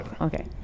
okay